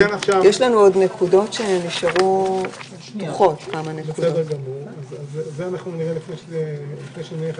בכנס יידונו נושאים מעולם הציונות והדת ברוח חזונו של הרב אברהם יצחק